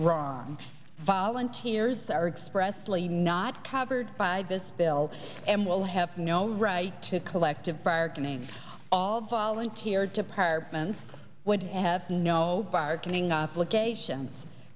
wrong volunteers are expressly not covered by this bill and will have no right to collective bargaining all volunteer departments would have no bargaining obligations